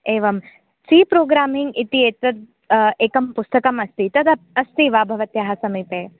एवं सी प्रोग्रामी इति एतद् एकं पुस्तकम् अस्ति तद् अस्ति वा भवत्याः समीपे